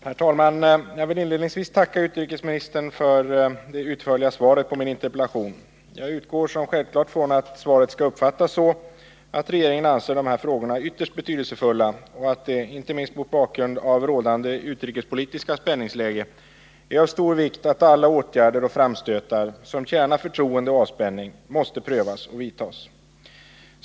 Herr talman! Jag vill inledningsvis tacka utrikesministern för det utförliga svaret på min interpellation. Jag utgår självklart från att svaret skall uppfattas så att regeringen anser de här frågorna ytterst betydelsefulla och att det, inte minst mot bakgrund av det rådande utrikespolitiska spänningsläget, är av stor vikt att alla åtgärder och framstötar som främjar förtroende och avspänning måste prövas och vidtas.